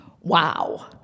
Wow